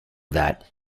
that